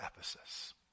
Ephesus